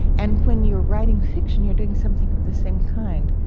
and when you're writing fiction, you're doing something of the same kind.